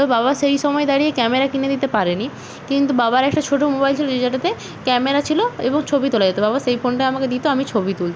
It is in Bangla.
তো বাবা সেই সময় দাঁড়িয়ে ক্যামেরা কিনে দিতে পারে নি কিন্তু বাবার একটা ছোটো মোবাইল ছিলো যেটাতে ক্যামেরা ছিলো এবং ছবি তোলা যেতো বাবা সেই ফোনটা আমাকে দিতো আমি ছবি তুলতাম